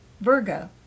Virgo